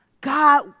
God